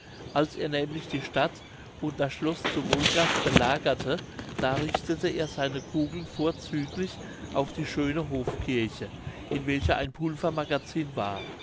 als er nämlich die stadt und das schloß zu wolgast belagerte da richtete er seine kugeln vorzüglich auf die schöne hofkirche in welcher ein pulvermagazin war